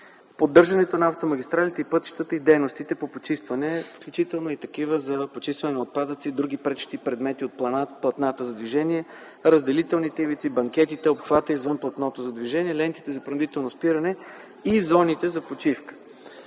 поддържането на автомагистралите и пътищата и дейностите по почистване, включително и за почистване на отпадъци и други пречещи предмети от платната за движение, разделителните ивици, банкетите, обхвата извън платното за движение, лентите за принудително спиране и зоните за почивка.